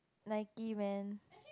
Nike man